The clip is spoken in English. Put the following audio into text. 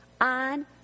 on